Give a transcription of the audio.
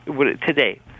today